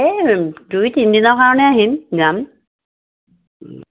এই দুই তিনিদিনৰ কাৰণে আহিম যাম